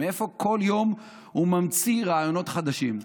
מאיפה כל יום הוא ממציא רעיונות חדשים,